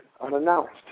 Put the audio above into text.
unannounced